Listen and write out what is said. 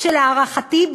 להערכתי,